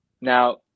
Now